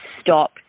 stop